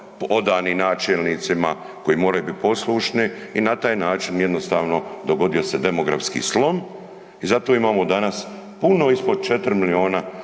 odanim načelnicima koji moraju bit poslušni i na taj način jednostavno dogodio se demografski slom i zato imamo danas puno ispod 4 milijuna,